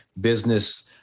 business